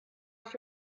auf